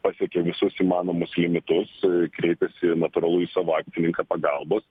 pasiekė visus įmanomus limitus kreipėsi natūralu į savo akcininką pagalbos